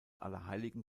allerheiligen